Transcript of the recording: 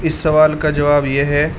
اس سوال کا جواب یہ ہے